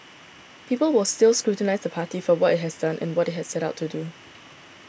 people will still scrutinise the party for what it has done and what it has set out to do